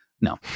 no